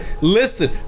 Listen